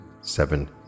seven